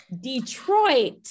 Detroit